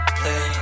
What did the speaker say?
play